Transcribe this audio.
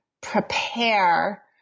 prepare